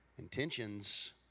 intentions